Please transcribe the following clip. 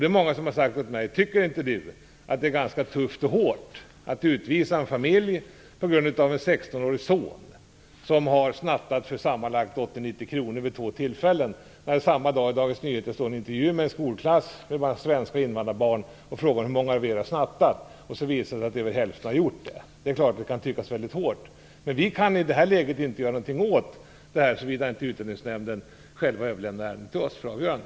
Det är många som har frågat mig om jag inte tycker att det är ganska tufft och hårt att utvisa en familj på grund av att en 16-årig son har snattat för sammanlagt 80-90 kr vid två tillfällen. Samma dag står i Dagens Nyheter om en intervju med en skolklass med både svenskar och invandrare, där man har frågat hur många som har snattat. Det visar sig då att över hälften har gjort det. Det är klart att det kan tyckas väldigt hårt. Men vi kan i detta läge inte göra någonting åt det, såvida inte Utlänningsnämnden överlämnar ärenden till oss för avgörande.